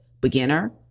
Beginner